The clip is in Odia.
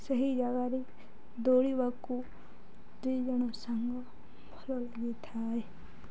ସେହି ଜାଗାରେ ଦୌଡ଼ିବାକୁ ଦୁଇ ଜଣ ସାଙ୍ଗ ଭଲ ଲାଗିଥାଏ